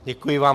Děkuji vám.